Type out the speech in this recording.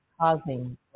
causing